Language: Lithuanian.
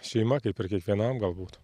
šeima kaip ir kiekvienam galbūt